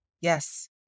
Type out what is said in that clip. Yes